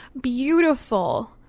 beautiful